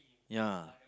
ya